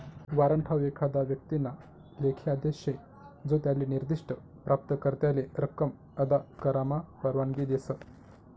warrant हाऊ एखादा व्यक्तीना लेखी आदेश शे जो त्याले निर्दिष्ठ प्राप्तकर्त्याले रक्कम अदा करामा परवानगी देस